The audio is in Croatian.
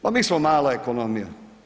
Pa mi smo mala ekonomija.